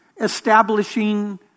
establishing